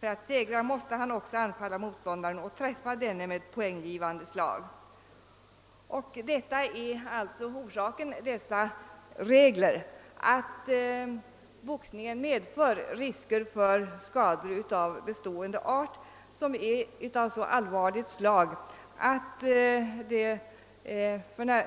För att segra måste han också anfalla motståndaren och träffa denne med poänggivande slag.» Om man följer dessa regler medför det alltså risk för skador av bestående art, skador av så allvarligt slag att det